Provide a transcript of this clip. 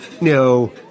No